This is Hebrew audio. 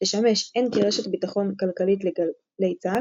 שתשמש הן כרשת ביטחון כלכלית לגל"צ,